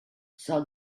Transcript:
saw